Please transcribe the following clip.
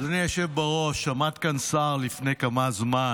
אדוני היושב בראש, עמד כאן שר לפני כמה זמן